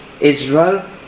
Israel